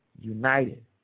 united